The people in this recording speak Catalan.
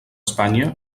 espanya